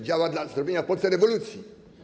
Działa dla zrobienia w Polsce rewolucji.